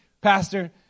pastor